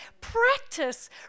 Practice